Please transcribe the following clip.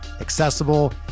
accessible